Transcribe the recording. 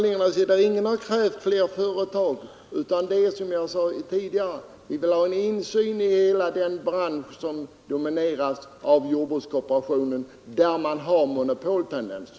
Det är emellertid ingen som krävt fler företag, utan som jag tidigare sagt vill vi ha insyn i denna bransch som domineras av jordbrukskooperationen och där det förekommer monopoltendenser.